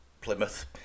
Plymouth